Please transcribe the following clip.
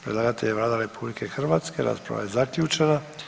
Predlagatelj je Vlada RH, rasprava je zaključena.